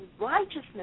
righteousness